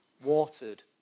Watered